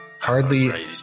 hardly